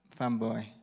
fanboy